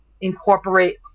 incorporate